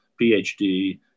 PhD